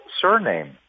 surname